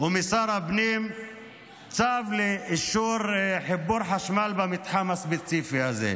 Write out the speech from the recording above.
ומשר הפנים צו לאישור חיבור חשמל במתחם הספציפי הזה.